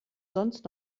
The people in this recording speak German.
sonst